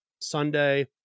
Sunday